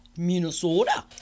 minnesota